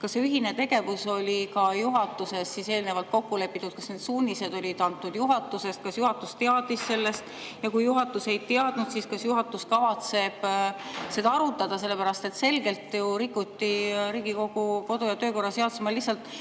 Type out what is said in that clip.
kas see ühine tegevus oli ka juhatuses eelnevalt kokku lepitud, kas need suunised olid antud juhatusest, kas juhatus teadis sellest. Kui juhatus ei teadnud, siis kas juhatus kavatseb seda arutada? Selgelt ju rikuti Riigikogu kodu‑ ja töökorra seadust. Ma lühidalt